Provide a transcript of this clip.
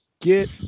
get